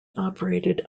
operated